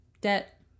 Debt